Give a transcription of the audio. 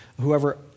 whoever